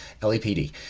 LAPD